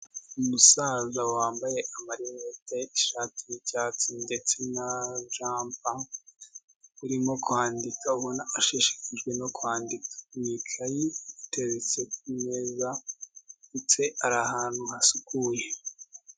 Umusaza wambaye amarinete, ishati yicyatsi, ndetse najampa, urimo kwandika, ubona ashishikajwe no kwandika mu ikayi iteretse kumeza, ndetse ari ahantu hasukuye.